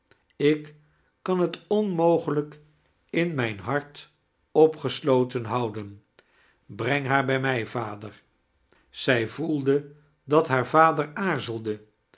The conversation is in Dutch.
ik kan het onmogelijk in mijn hart opgesloten houden breng haar bij mij vader zij voelde dat haar vader aarzelde